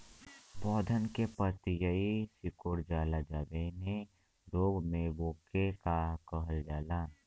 पौधन के पतयी सीकुड़ जाला जवने रोग में वोके का कहल जाला?